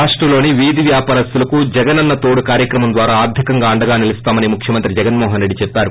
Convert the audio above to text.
రాష్టంలోని వీధి వ్యాపారులకు జగనన్న తోడు కార్యక్రమం ద్వారా ఆర్దికంగా అండగా నిలుస్తామని ముర్ఖ్యమంత్రి పైఎస్ జగన్మోహనరెడ్డి చెప్పారు